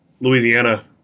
Louisiana